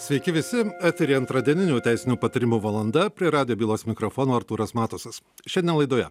sveiki visi eteryje antradieninių teisinių patarimų valanda prie radijo bylos mikrofono artūras matusas šiandien laidoje